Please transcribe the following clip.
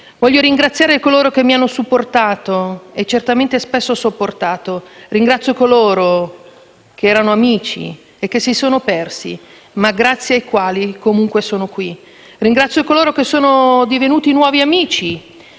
Voglio ringraziare coloro che mi hanno supportato e, certamente, spesso sopportato. Ringrazio coloro che erano amici e che si sono persi, ma grazie ai quali comunque sono qui. Ringrazio coloro che sono divenuti nuovi amici